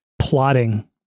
plotting